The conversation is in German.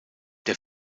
der